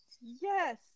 Yes